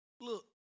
look